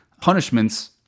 punishments